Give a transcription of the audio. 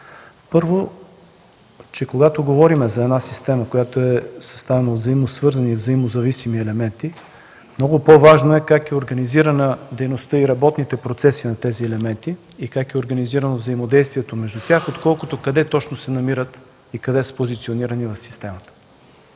Първо, когато говорим за система, която е съставена от взаимосвързани и взаимозависими елементи, много по-важно е как е организирана дейността и работните процеси на тези елементи и как е организирано взаимодействието между тях, отколкото къде точно се намират и къде са позиционирани в системата.